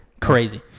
Crazy